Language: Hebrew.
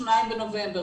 ה-2 בנובמבר.